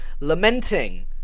lamenting